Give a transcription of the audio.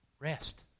Rest